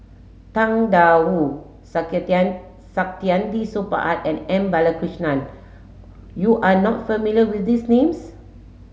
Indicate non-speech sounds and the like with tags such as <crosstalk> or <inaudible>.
Tang Da Wu <unintelligible> Saktiandi Supaat and M Balakrishnan you are not familiar with these names